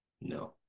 No